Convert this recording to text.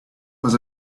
was